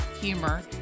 humor